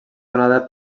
donada